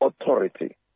authority